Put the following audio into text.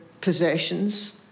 possessions